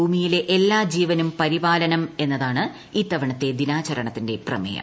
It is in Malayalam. ഭൂമിയിലെ എല്ലാ ജീവനും പരിപാലനം എന്നതാണ് ഇത്തവണത്തെ ദിനാചരണത്തിന്റെ പ്രമേയം